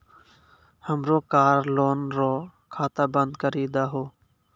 हमरो car loan रो खाता बंद करी दहो